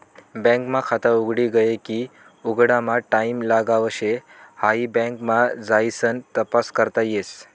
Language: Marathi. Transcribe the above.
बँक मा खात उघडी गये की उघडामा टाईम लागाव शे हाई बँक मा जाइसन तपास करता येस